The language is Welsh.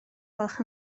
gwelwch